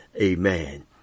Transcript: Amen